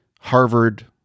Harvard